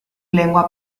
lengua